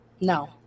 No